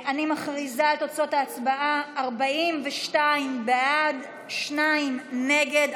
מכריזה על תוצאות ההצבעה: 42 בעד, שניים נגד.